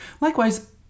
Likewise